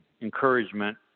encouragement